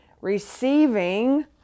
receiving